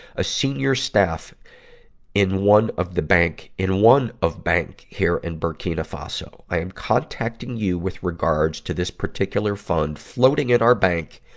a senior staff in one of the bank, in one of bank here in and burkina faso. i am contacting you with regards to this particular fund floating at our bank,